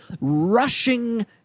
rushing